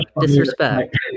Disrespect